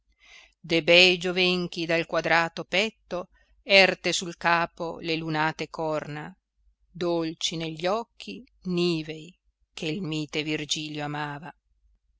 bei giovenchi dal quadrato petto erte sul capo le lunate corna dolci negli occhi nivei che il mite virgilio amava